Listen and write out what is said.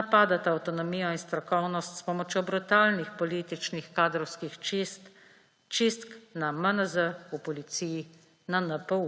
napadata avtonomijo in strokovnost s pomočjo brutalnih političnih kadrovskih čistk, čistk na MNZ, v policiji, na NPU.